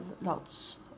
lots